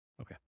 Okay